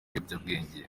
ibiyobyabwenge